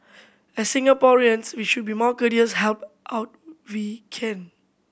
as Singaporeans we should be more courteous help out we can